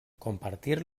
compartir